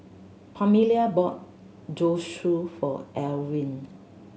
Pamelia bought Zosui for Elwin